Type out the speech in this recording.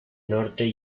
norte